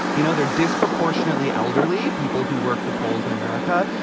you know, they're disproportionately elderly people who work the polls in america.